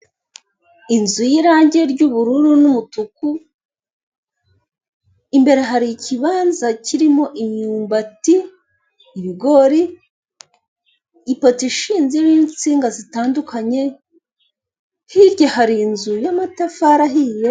Inzu y'irangi ry'ubururu n'umutuku, imbere hari ikibanza kirimo imyumbati, ibigori, ipoto ishinze, iriho insinga zitandukanye, hirya hari inzu y'amatafari ahiye.